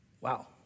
Wow